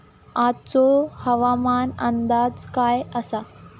आजचो हवामान अंदाज काय आसा?